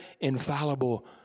infallible